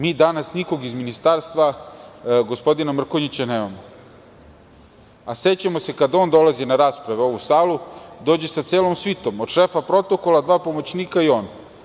Mi danas nikog iz Ministarstva gospodina Mrkonjića nemamo, a sećamo se kada on dolazi na rasprave u ovu salu, dođe sa celom svitom, od šefa protokola, dva pomoćnika i on.